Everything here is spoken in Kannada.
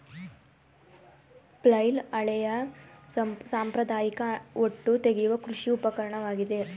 ಫ್ಲೈಲ್ ಹಳೆಯ ಸಾಂಪ್ರದಾಯಿಕ ಹೊಟ್ಟು ತೆಗೆಯುವ ಕೃಷಿ ಉಪಕರಣವಾಗಿದೆ